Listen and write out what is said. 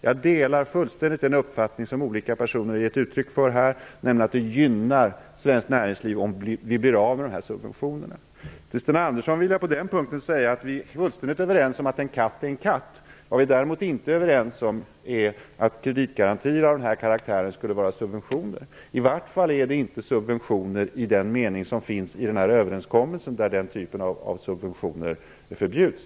Jag delar fullständigt den uppfattning som olika personer har givit uttryck för, nämligen att det gynnar svenskt näringsliv om vi blir av med subventionerna. Till Sten Andersson vill jag på den punkten säga att vi är fullständigt överens om att en katt är en katt. Vad vi däremot inte är överens om är att kreditgarantier av denna karaktär skulle vara subventioner. I varje fall är det inte subventioner i den mening som det talas om i överenskommelsen, där den typen av subventioner förbjuds.